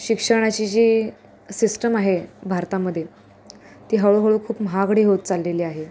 शिक्षणाची जी सिस्टम आहे भारतामध्ये ती हळूहळू खूप महागडी होत चाललेली आहे